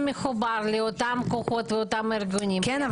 מחובר לאותן כוחות ואותם ארגונים --- כן,